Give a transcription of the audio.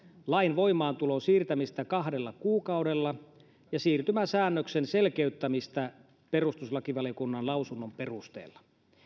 lain voimaantulon siirtämistä kahdella kuukaudella ja siirtymäsäännöksen selkeyttämistä perustuslakivaliokunnan lausunnon perusteella